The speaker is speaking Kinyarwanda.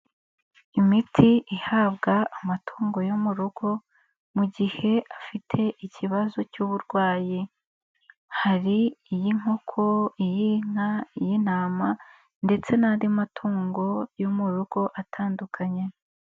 Imiti ihabwa amatungo yo mu rugo mu gihe afite ikibazo cy'uburwayi, hari iy'inkoko iyi nkoko, iy'intama, ndetse n'andi matungo yo mu rugo atandukanye.